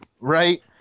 right